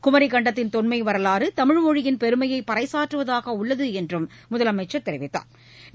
குமிக் கண்டத்தின் தொன்மை வரலாறு தமிழ்மொழியின் பெருமையை பறைசாற்றுவதாக உள்ளது என்றும் முதலமைச்சா் தெரிவித்தாா்